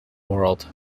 world